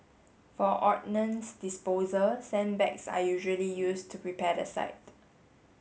for ordnance disposal sandbags are usually used to prepare the site